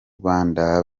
rwanda